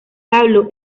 pablo